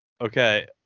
Okay